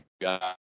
got